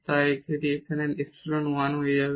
তাই এটি এখানে এপসাইলন1 হয়ে যাবে